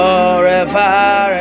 Forever